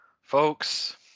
Folks